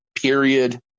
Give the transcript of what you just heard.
Period